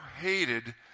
hated